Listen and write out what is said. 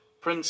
Prince